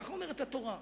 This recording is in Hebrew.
ככה אומרת התורה.